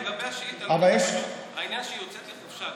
לגבי השאילתה, העניין הוא שהיא יוצאת לחופשה.